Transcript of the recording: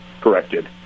corrected